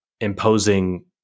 imposing